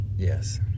Yes